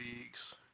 leagues